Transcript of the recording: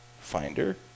Finder